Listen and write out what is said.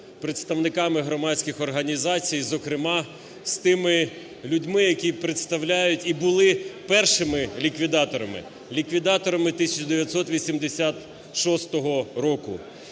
представниками громадських організацій, зокрема з тими людьми, які представляють і були першими ліквідаторами,